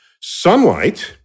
Sunlight